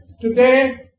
today